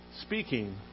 speaking